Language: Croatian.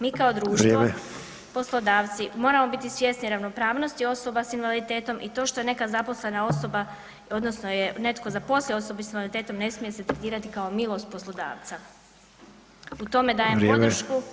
Mi kao društvo, [[Upadica Sanader: Vrijeme.]] poslodavci, moramo biti svjesni ravnopravnosti osoba sa invaliditetom i to što je neka zaposlena osoba odnosno je netko zaposlio osobu sa invaliditetom, ne smije se tretirati kao milost poslodavaca [[Upadica Sanader: Vrijeme.]] U tome dajem podršku,